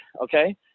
okay